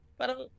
parang